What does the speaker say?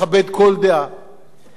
אבל זו הזדמנות לשינוי תפיסה.